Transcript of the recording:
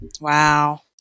Wow